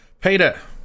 Peter